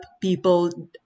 people